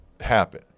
happen